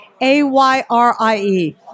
A-Y-R-I-E